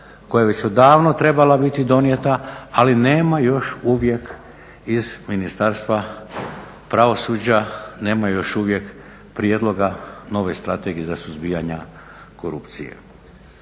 koja je već odavno trebala biti donijeta, ali nema još uvijek iz Ministarstva pravosuđa prijedloga nove Strategije za suzbijanje korupcije.